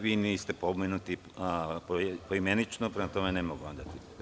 Vi niste pomenuti poimenično i vama ne mogu dati.